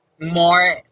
more